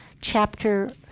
chapter